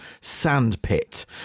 sandpit